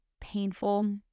painful